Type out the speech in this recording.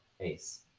ace